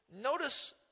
notice